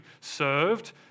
served